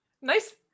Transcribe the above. Nice